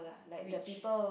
which